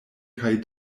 kaj